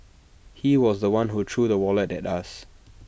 he was The One who threw the wallet at us